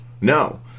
No